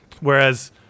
Whereas